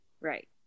Right